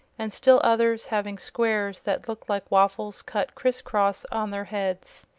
and still others having squares that looked like waffles cut criss-cross on their heads.